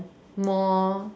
more